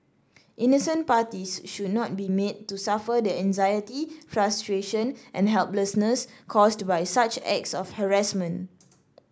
innocent parties should not be made to suffer the anxiety frustration and helplessness caused by such acts of harassment